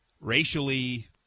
racially